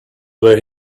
were